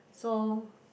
so